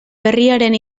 berriaren